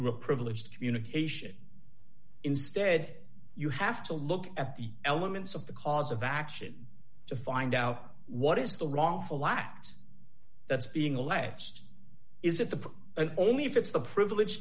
a privileged communication instead you have to look at the elements of the cause of action to find out what is the wrongful lapse that's being alleged is it the only if it's the privileged